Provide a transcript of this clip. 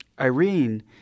Irene